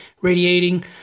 radiating